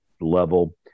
level